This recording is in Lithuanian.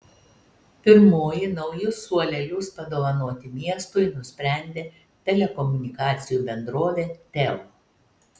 pirmoji naujus suolelius padovanoti miestui nusprendė telekomunikacijų bendrovė teo